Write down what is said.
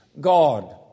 God—